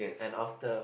and after